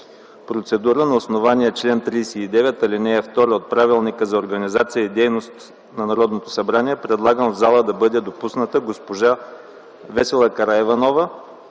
Процедура на основание чл. 39, ал. 2 от Правилника за организацията и дейността на Народното събрание. Предлагам в залата да бъдат допуснати госпожа Весела Караиванова